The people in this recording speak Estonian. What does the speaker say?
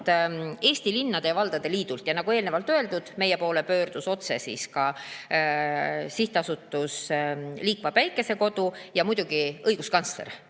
Eesti Linnade ja Valdade Liidult. Nagu eelnevalt öeldud, meie poole pöördusid otse Sihtasutuse Liikva Päikesekodu ja muidugi õiguskantsler.